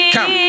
Come